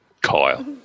Kyle